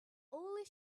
only